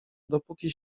dopóki